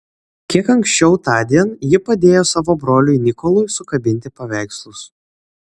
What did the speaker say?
kiek anksčiau tądien ji padėjo savo broliui nikolui sukabinti paveikslus